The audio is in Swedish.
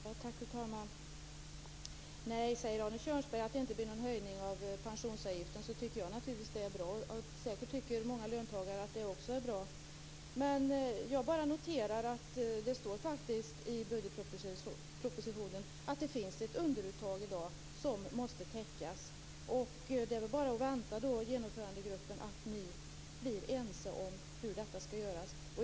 Fru talman! Säger Arne Kjörnsberg att det inte blir någon höjning av pensionsavgiften tycker jag naturligtvis att det är bra. Det är säkert också många löntagare som tycker att det är bra. Jag noterar att det står i budgetpropositionen att det i dag finns ett underuttag som måste täckas. Det är väl bara att vänta på att ni i Genomförandegruppen blir ense om hur det göras.